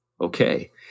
Okay